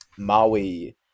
maui